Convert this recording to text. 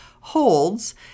holds